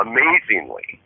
Amazingly